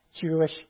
Jewish